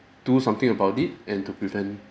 do something about it and to prevent